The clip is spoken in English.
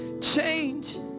change